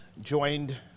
joined